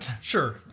Sure